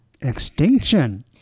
Extinction